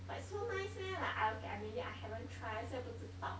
like so nice meh like I okay I maybe I haven't tried so 不知道